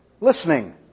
Listening